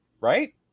Right